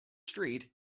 street